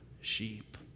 sheep